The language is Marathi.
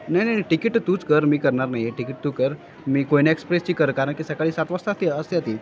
नाही नाही नाही तिकीट तूच कर मी करणार नाही आहे तिकीट तू कर मी कोयना एक्सप्रेसची कर कारण की सकाळी सात वाजता असते असते आहे ती